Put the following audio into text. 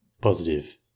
Positive